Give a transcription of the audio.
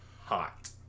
hot